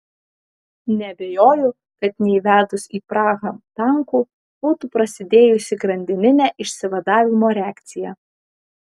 neabejoju kad neįvedus į prahą tankų būtų prasidėjusi grandininė išsivadavimo reakcija